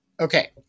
Okay